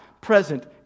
present